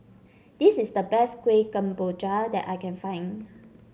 this is the best Kueh Kemboja that I can find